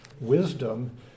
wisdom